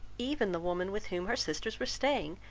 even the woman with whom her sisters were staying,